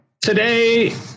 today